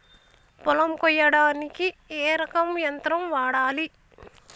పొలం కొయ్యడానికి ఏ రకం యంత్రం వాడాలి?